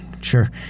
sure